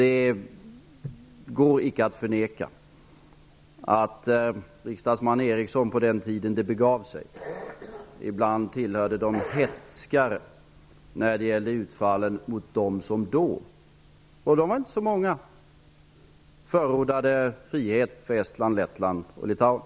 Det går icke att förneka att riksdagsman Ericson på den tiden det begav sig ibland tillhörde de hätskare när det gällde utfallen mot dem som då -- de var inte så många -- förordade frihet för Estland, Lettland och Litauen.